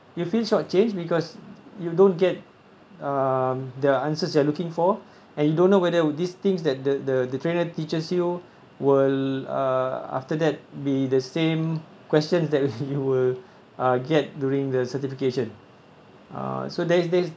you feel short-changed because you don't get um the answers you are looking for and you don't know whether these things that the the the trainer teaches you will uh after that be the same questions that you will uh get during the certification uh so there's there's